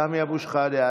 סמי אבו שחאדה,